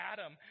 Adam